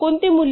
कोणते मूल्य